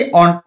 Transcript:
on